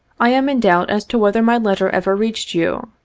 i am in doubt as to whether my letter ever reached you.